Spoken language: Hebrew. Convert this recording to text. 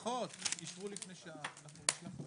הישיבה ננעלה בשעה 14:03.